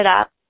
up